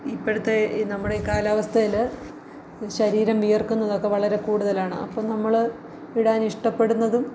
ഇപ്പോഴത്തെ ഈ നമ്മുടെ കാലാവസ്ഥയിൽ ശരീരം വിയർക്കുന്നതൊക്കെ വളരെ കൂടുതലാണ് അപ്പം നമ്മൾ ഇടാൻ ഇഷ്ടപ്പെടുന്നതും